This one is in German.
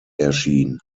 erschien